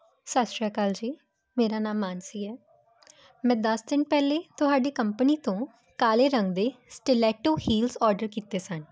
ਸਤਿ ਸ਼੍ਰੀ ਅਕਾਲ ਜੀ ਮੇਰਾ ਨਾਮ ਮਾਨਸੀ ਹੈ ਮੈਂ ਦਸ ਦਿਨ ਪਹਿਲੇ ਤੁਹਾਡੀ ਕੰਪਨੀ ਤੋਂ ਕਾਲੇ ਰੰਗ ਦੇ ਸਟੀਲੈਟੋ ਹੀਲਸ ਆਰਡਰ ਕੀਤੇ ਸਨ